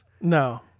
no